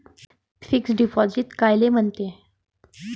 Fix deposit कायले म्हनते?